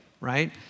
right